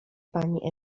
pani